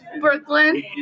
Brooklyn